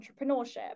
entrepreneurship